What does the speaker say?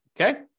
Okay